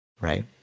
right